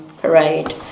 parade